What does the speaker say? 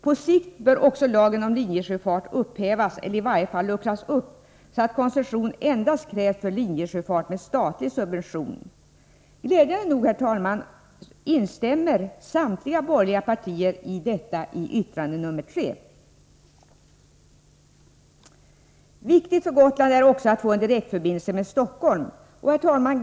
På sikt bör också lagen om linjesjöfart upphävas, eller i varje fall luckras upp, så att koncession krävs endast för linjesjöfart med statlig subvention. Glädjande nog, herr talman, instämmer samtliga borgerliga partier i detta. Det framgår av det särskilda yttrandet nr 3. Vidare är det viktigt för Gotland att man får en direktförbindelse med Stockholm.